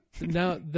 Now